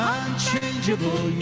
unchangeable